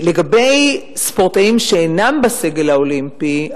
לגבי ספורטאים שאינם בסגל האולימפי,